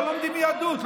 לא לומדים יהדות,